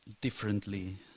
differently